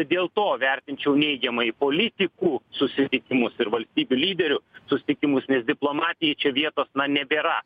dėl to vertinčiau neigiamai politikų susitikimus ir valstybių lyderių susitikimus nes diplomatijai čia vietos na nebėra